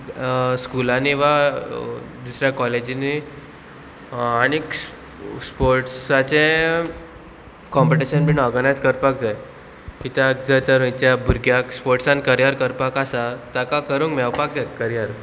स्कुलांनी वा दुसऱ्या कॉलेजीनी आनीक स्पोर्ट्साचें कॉम्पिटिशन बीन ऑर्गनायज करपाक जाय कित्याक जर तर भुरग्याक स्पोर्टसान करियर करपाक आसा ताका करूंक मेळपाक जाय करियर